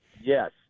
Yes